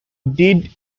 did